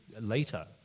later